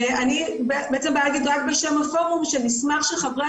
אני באה להגיד רק בשם הפורום שנשמח שחברי